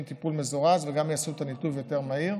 טיפול מזורז וגם יעשו את הניתוב יותר מהיר.